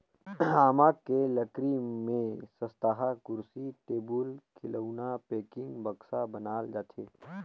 आमा के लकरी में सस्तहा कुरसी, टेबुल, खिलउना, पेकिंग, बक्सा बनाल जाथे